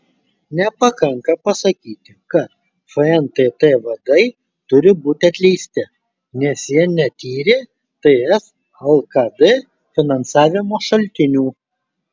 nepakanka pasakyti kad fntt vadai turi būti atleisti nes jie netyrė ts lkd finansavimo šaltinių